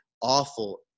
awful